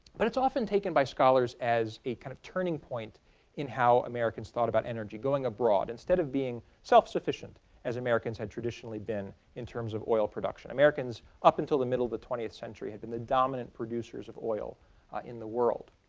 but it's often taken by scholars as a kind of turning point in how americans thought about energy, going abroad instead of being self-sufficient as americans had traditionally been in terms of oil production. americans, up until the mid twentieth century, had been the dominant producers of oil in the world.